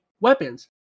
weapons